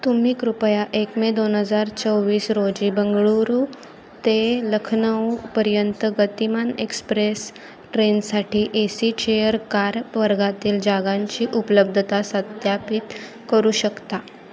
तुम्ही कृपया एक मे दोन हजार चोवीस रोजी बंगळूरू ते लखनऊपर्यंत गतिमान एक्सप्रेस ट्रेनसाठी ए सी चेअर कार वर्गातील जागांची उपलब्धता सत्यापित करू शकता